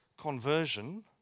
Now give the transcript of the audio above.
conversion